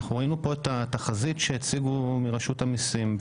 ראינו פה את התחזית שהציגו מראשות המיסים,